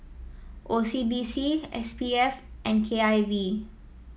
O C B C S P F and K I V